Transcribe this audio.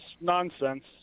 nonsense